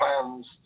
plans